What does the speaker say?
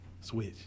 switch